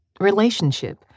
relationship